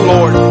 Lord